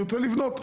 אני רוצה לבנות.